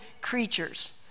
creatures